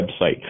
website